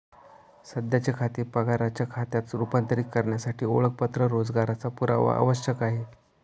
सध्याचे खाते पगाराच्या खात्यात रूपांतरित करण्यासाठी ओळखपत्र रोजगाराचा पुरावा आवश्यक आहे